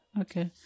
Okay